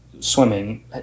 Swimming